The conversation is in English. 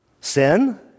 Sin